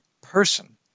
person